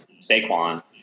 Saquon